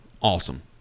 awesome